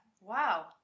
wow